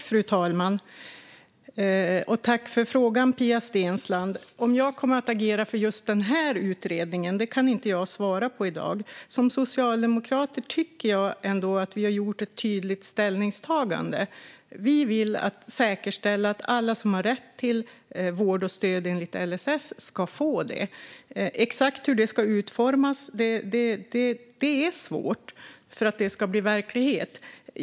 Fru talman! Jag tackar Pia Steensland för frågan. Om jag kommer att agera för just denna utredning kan jag inte svara på i dag. Jag tycker ändå att vi socialdemokrater har gjort ett tydligt ställningstagande. Vi vill säkerställa att alla som har rätt till vård och stöd enligt LSS ska få det. Det är svårt att veta exakt hur det ska utformas för att det ska bli verklighet.